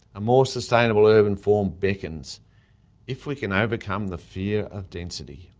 a more sustainable urban form beckons if we can overcome the fear of density.